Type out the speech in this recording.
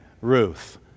Ruth